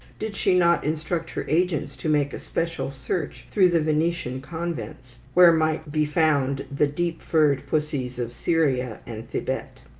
did she not instruct her agents to make especial search through the venetian convents, where might be found the deep-furred pussies of syria and thibet?